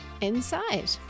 inside